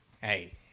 hey